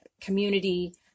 community